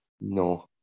No